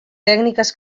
tècniques